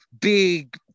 big